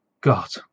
God